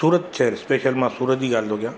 सूरत शहर स्पेशल मां सूरत जी ॻाल्हि थो कयां